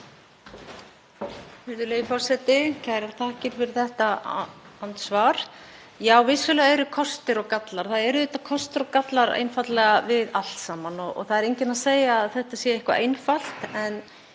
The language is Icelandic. Virðulegi forseti. Kærar þakkir fyrir þetta svar. Já, vissulega eru kostir og gallar. Það eru auðvitað kostir og gallar við allt saman og það er enginn að segja að þetta sé eitthvað einfalt.